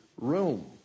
room